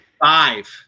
five